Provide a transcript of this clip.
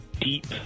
deep